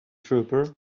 trooper